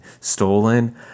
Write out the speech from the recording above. stolen